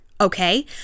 okay